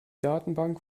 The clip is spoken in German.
datenbank